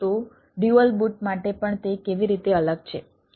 તો dual boot માટે પણ તે કેવી રીતે અલગ છે